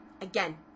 Again